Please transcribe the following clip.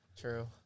True